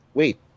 wait